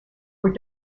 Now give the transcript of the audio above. were